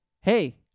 hey